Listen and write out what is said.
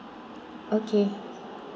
okay